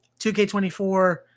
2K24